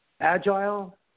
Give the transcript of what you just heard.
agile